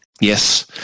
yes